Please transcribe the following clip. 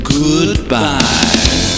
goodbye